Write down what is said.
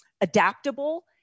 adaptable